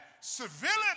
civility